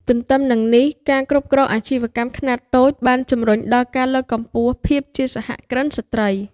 ទទ្ទឹមនឹងនេះ ការគ្រប់គ្រងអាជីវកម្មខ្នាតតូច បានជម្រុញដល់ការលើកកម្ពស់ភាពជាសហគ្រិនស្ត្រី។